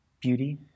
beauty